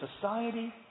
society